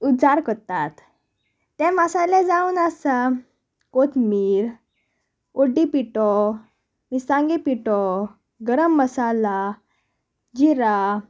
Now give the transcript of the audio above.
उजार कोतात ते मसाले जावन आसा कोथमीर हळडी पिठो मिरसांगे पिठो गरम मसाला जिरा